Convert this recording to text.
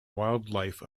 wildlife